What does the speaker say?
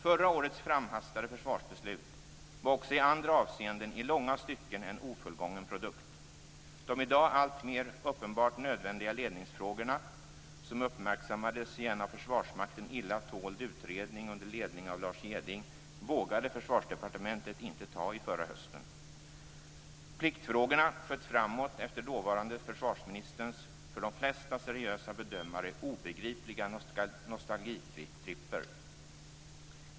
Förra årets framhastade försvarsbeslut var också i andra avseenden i långa stycken en ofullgången produkt. De i dag alltmer uppenbart nödvändiga ledningsfrågorna som uppmärksammades i en av Försvarsmakten illa tåld utredning under ledning av Lars Jeding vågade Försvarsdepartementet inte ta i förra hösten. Pliktfrågorna sköts framåt efter dåvarande försvarsministerns för de flesta seriösa bedömare obegripliga nostalgitripper.